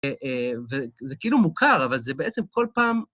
וזה כאילו מוכר, אבל זה בעצם כל פעם...